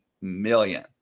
million